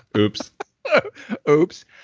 oops oops.